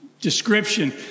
description